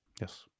yes